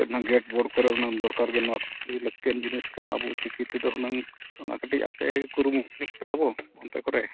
gate board ᱠᱚᱨᱮ ᱫᱚᱨᱠᱟᱨ ᱜᱮ ᱱᱚᱣᱟ ᱠᱚ ᱞᱟᱹᱠᱛᱤᱭᱟᱱ ᱡᱤᱱᱤᱥ ᱠᱟᱱᱟ ᱟᱵᱚ ᱪᱤᱠᱤ ᱛᱮᱫᱚ ᱦᱩᱱᱟᱹᱝ ᱚᱱᱟ ᱠᱟᱹᱴᱤᱡ ᱟᱯᱮ ᱠᱩᱨᱩᱢᱩᱴᱩᱭ ᱧᱚᱜᱽ ᱛᱟᱵᱚᱱ ᱚᱱᱛᱮ ᱠᱚᱨᱮ